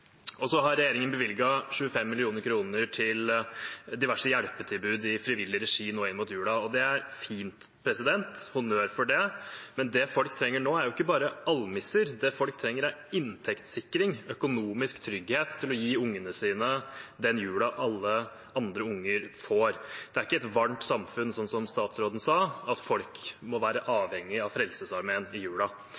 Så har regjeringen bevilget 25 mill. kr til diverse hjelpetilbud i frivillig regi nå inn mot julen. Det er fint – honnør for det. Men det folk trenger nå, er ikke bare almisser. Det folk trenger, er inntektssikring, økonomisk trygghet til å gi ungene sine den julen alle andre unger får. Det er ikke et varmt samfunn, som statsråden sa, når folk må være